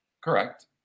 Correct